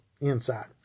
inside